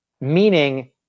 meaning